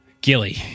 Gilly